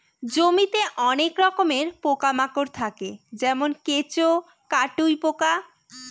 জমিতে অনেক রকমের পোকা মাকড় থাকে যেমন কেঁচো, কাটুই পোকা